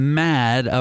mad